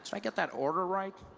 i get that order right?